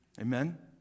Amen